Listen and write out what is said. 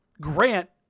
Grant